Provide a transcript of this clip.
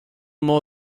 more